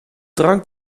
drank